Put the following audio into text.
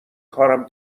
کارم